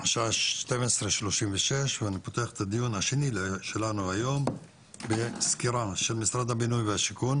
זה הדיון השני שלנו היום ונפתח בסקירה של שמרד הבינוי והשיכון